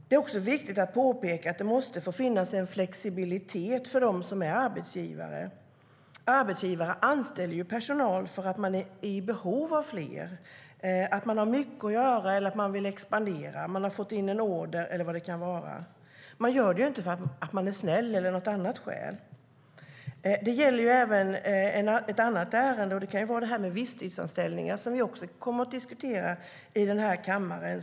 Det är också viktigt att påpeka att det måste få finnas en flexibilitet för arbetsgivare. Arbetsgivare anställer ju personal för att man är i behov av fler, har mycket att göra eller vill expandera, man har fått in en order eller vad det kan vara. Man gör det ju inte för att man är snäll eller av något annat skäl. Detta gäller även ett annat ärende, och det gäller visstidsanställningar, som vi också kommer att diskutera här i kammaren.